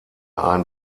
ein